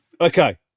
Okay